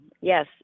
yes